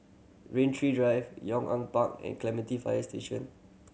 Rain Tree Drive Yong An Park and Clementi Fire Station